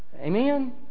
Amen